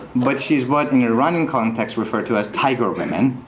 but she's what in iranian contexts refer to as tiger women.